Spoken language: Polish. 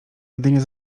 jedynie